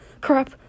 crap